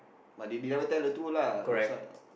but they they never tell the truth lah